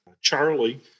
Charlie